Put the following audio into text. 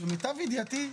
ולמיטב ידיעתי,